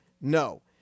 no